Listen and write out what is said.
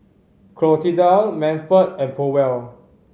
Clotilda Manford and Powell